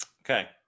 Okay